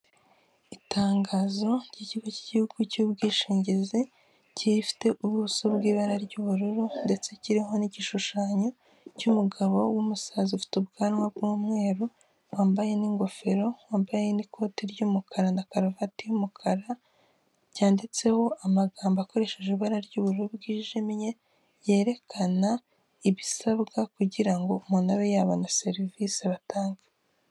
Itangazo ry'ikigo cy'igihugu cy'ubwishingizi kiri rifite ubuso bw'ibara ry'ubururu ndetse kiriho n'igishushanyo cy'umugabo w'umusaza ufite ubwanwa bw'umweru wambaye n'ingofero, wambaye n'ikoti ry'umukara na karuvati y'umukara cyanditseho amagambo akoresheje ibara ry'ubururu bwijimye yerekana ibisabwa kugira ngo umuntu abe yabona serivisi batanga.